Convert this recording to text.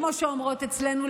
כמו שאומרות אצלנו,